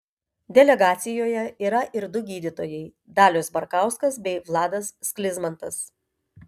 delegacijoje yra ir du gydytojai dalius barkauskas bei vladas sklizmantas